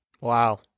Wow